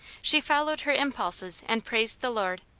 she followed her impulses and praised the lord.